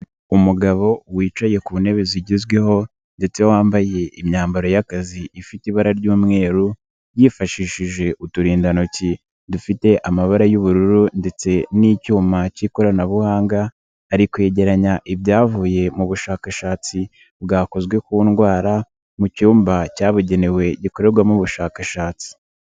Umugabo wicaye ku ntebe zigezweho ndetse wambaye imyambaro y'akazi ifite ibara ry'umweru, yifashishije uturindantoki dufite amabara y'ubururu ndetse n'icyuma k'ikoranabuhanga, ari kwegeranya ibyavuye mu bushakashatsi bwakozwe ku ndwara mu cyumba cyabugenewe gikorerwamo ubushakashatsi.